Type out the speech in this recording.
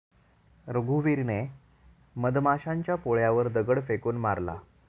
रघुवीरने मधमाशांच्या पोळ्यावर दगड फेकून मारला